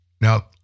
Now